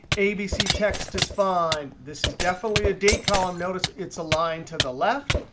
abc text is fine. this is definitely a date column. notice it's aligned to the left.